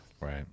Right